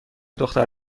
دختر